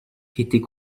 était